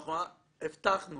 שאנחנו הבטחנו